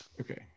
Okay